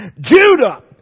Judah